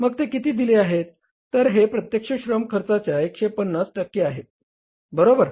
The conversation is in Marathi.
मग ते किती दिले आहेत तर हे प्रत्यक्ष श्रम खर्चाच्या 150 टक्के आहेत बरोबर